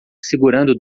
segurando